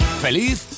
¡Feliz